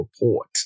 report